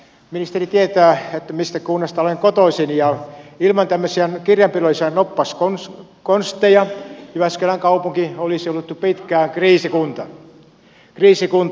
ministeri tietää mistä kunnasta olen kotoisin ja ilman tämmöisiä kirjanpidollisia noppaskonsteja jyväskylän kaupunki olisi ollut jo pitkään kriisikunta